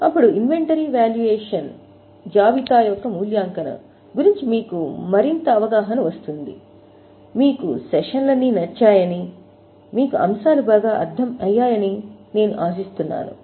మరియు అది inventory valuation గురించి మీకు మరింత అవగాహన వస్తుంది మీకు సెషన్లన్నీ నచ్చాయని మీకు అంశాలు బాగా అర్థం అయ్యాయి అని నేను ఆశిస్తున్నాను